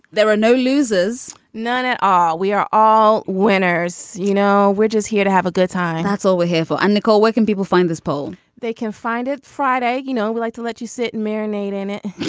there are no losers none at all. we are all winners. you know which is here to have a good time. that's all we're here for. and nicole where can people find this pole. they can find it friday. you know we like to let you sit and marinate in it